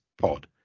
pod